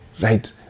Right